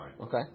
Okay